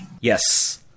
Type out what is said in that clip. Yes